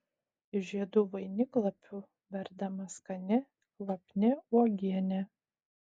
iš žiedų vainiklapių verdama skani kvapni uogienė